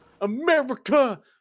America